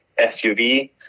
SUV